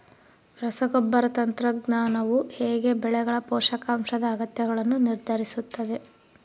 ರಸಗೊಬ್ಬರ ತಂತ್ರಜ್ಞಾನವು ಹೇಗೆ ಬೆಳೆಗಳ ಪೋಷಕಾಂಶದ ಅಗತ್ಯಗಳನ್ನು ನಿರ್ಧರಿಸುತ್ತದೆ?